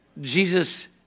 Jesus